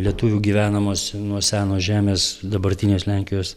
lietuvių gyvenamos nuo seno žemės dabartinės lenkijos